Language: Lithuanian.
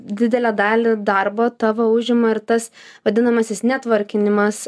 didelę dalį darbo tavo užima ir tas vadinamasis netvorkinimas